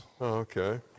Okay